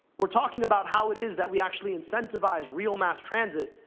we're talking about how it is that we actually incentivize real mass transit,